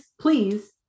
please